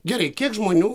gerai kiek žmonių